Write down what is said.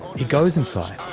he goes inside.